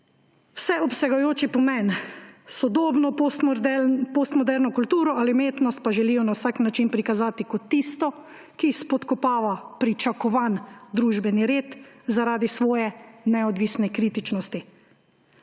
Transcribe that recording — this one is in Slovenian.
vseobsegajoči pomen, sodobno postmoderno kulturo ali umetnost pa želijo na vsak način prikazati kot tisto, ki spodkopava pričakovani družbeni red zaradi svoje neodvisne kritičnosti.